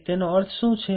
તો તેનો અર્થ શું છે